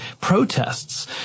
protests